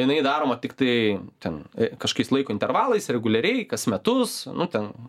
jinai daroma tiktai ten kažkokiais laiko intervalais reguliariai kas metus nu ten